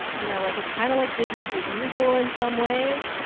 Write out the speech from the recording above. you know, like, it's kind of like business as usual in some ways.